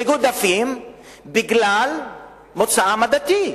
מגדפים אותם בגלל מוצאם הדתי.